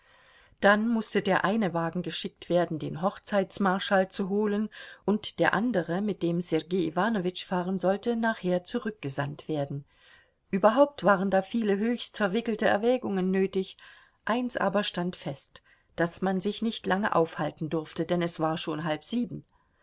dann mußte der eine wagen geschickt werden den hochzeitsmarschall zu holen und der andere mit dem sergei iwanowitsch fahren sollte nachher zurückgesandt werden überhaupt waren da viele höchst verwickelte erwägungen nötig eins aber stand fest daß man sich nicht lange aufhalten durfte denn es war schon halb sieben